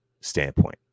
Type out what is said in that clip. standpoint